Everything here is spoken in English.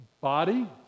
body